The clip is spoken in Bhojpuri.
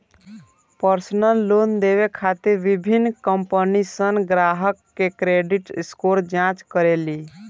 पर्सनल लोन देवे खातिर विभिन्न कंपनीसन ग्राहकन के क्रेडिट स्कोर जांच करेली